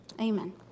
amen